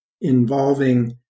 involving